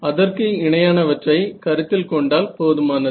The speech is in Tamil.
அதற்கு இணையானவற்றை கருத்தில் கொண்டால் போதுமானது